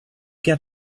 got